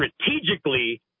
strategically